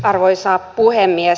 arvoisa puhemies